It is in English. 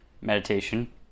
Meditation